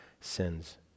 sins